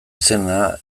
izena